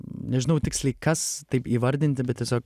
nežinau tiksliai kas taip įvardinti bet tiesiog